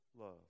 love